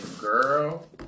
girl